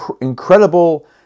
Incredible